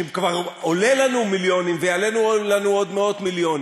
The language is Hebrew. שכבר עולה לנו מיליונים ויעלה לנו עוד מאות מיליונים,